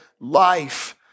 life